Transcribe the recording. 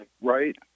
right